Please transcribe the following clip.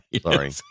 Sorry